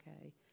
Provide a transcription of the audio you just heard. okay